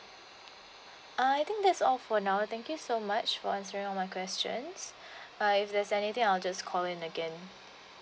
uh I think that's all for now thank you so much for answering all my questions uh if there's anything I'll just call in again